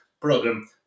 program